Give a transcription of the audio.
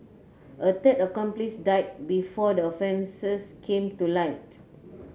a third accomplice died before the offences came to light